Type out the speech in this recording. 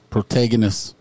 Protagonist